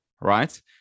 right